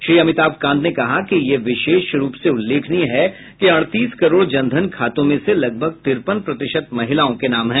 श्री अमिताभ कांत ने कहा कि यह विशेष रूप से उल्लेखनीय है कि अड़तीस करोड़ जनधन खातों में से लगभग तिरपन प्रतिशत महिलाओं के नाम हैं